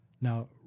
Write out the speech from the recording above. Now